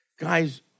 Guys